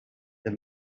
the